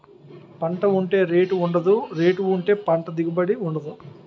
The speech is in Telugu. పంట ఉంటే రేటు ఉండదు, రేటు ఉంటే పంట దిగుబడి ఉండదు